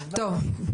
טוב,